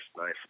nice